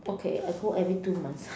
okay I go every two months